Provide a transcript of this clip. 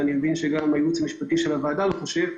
ואני מבין שגם הייעוץ המשפטי של הוועדה לא חושב כך.